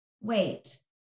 wait